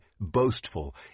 boastful